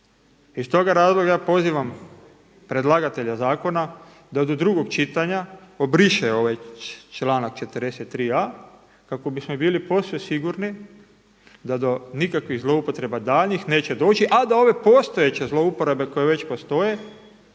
Iz toga razloga pozivam predlagatelja zakona da do drugog čitanja obriše ovaj članak 43.a kako bismo bili posve sigurni da do nikakvih zloupotreba daljnjih neće doći, a da ove postojeće zlouporabe koje već postoje